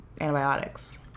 antibiotics